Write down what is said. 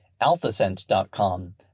Alphasense.com